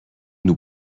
nous